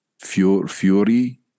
Fury